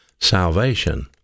salvation